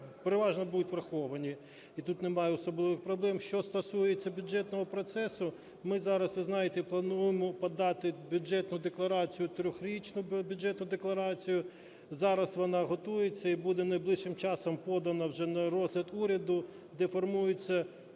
переважно будуть враховані, і тут нема особливих проблем. Що стосується бюджетного процесу, ми зараз, ви знаєте, плануємо подати Бюджетну декларацію, трирічну Бюджетну декларацію. Зараз вона готується і буде найближчим часом подана вже на розгляд уряду, де формуються